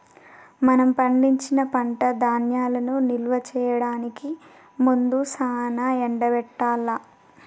మనం పండించిన పంట ధాన్యాలను నిల్వ చేయడానికి ముందు సానా ఎండబెట్టాల్ల